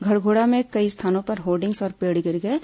घरघोड़ा में कई स्थानों पर होर्डिग्स और पेड़ गिर गए हैं